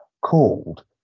called